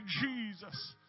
Jesus